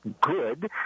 good